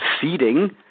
seeding